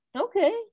okay